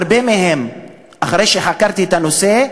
אחרי שחקרתי את הנושא,